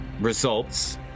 results